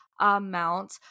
amount